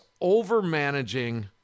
over-managing